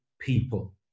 people